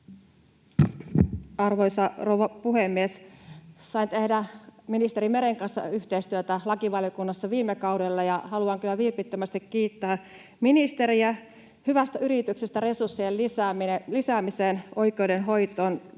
Arvoisa rouva puhemies! Sain tehdä ministeri Meren kanssa yhteistyötä lakivaliokunnassa viime kaudella, ja haluan kyllä vilpittömästi kiittää ministeriä hyvästä yrityksestä resurssien lisäämiseen oikeudenhoitoon.